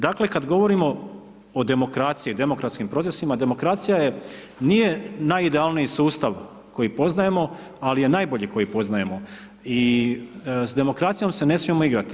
Dakle, kada govorimo o demokraciji i demokratskim procesima, demokracija nije najidealniji sustav koji poznajemo, ali je najbolji koji poznajemo i s demokracijom se ne smijemo igrati.